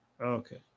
Okay